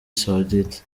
saudite